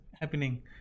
happening